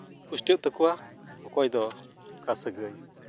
ᱯᱩᱥᱴᱟᱹᱜ ᱛᱟᱠᱚᱣᱟ ᱚᱠᱚᱭ ᱫᱚ ᱚᱠᱟ ᱥᱟᱹᱜᱟᱹᱭ